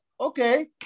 Okay